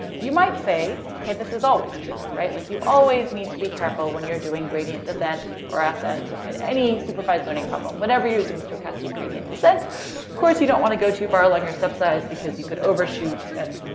you might say, okay this is always true. right? like you always need to be careful when you're doing gradient descent or ascent in any supervised learning problem. whenever you're using stochastic gradient descent. of course, you don't wanna go too far along your step size because you could overshoot and